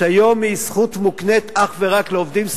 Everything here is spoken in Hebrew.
שהיום היא זכות מוקנית אך ורק לעובדים שכירים,